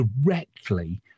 directly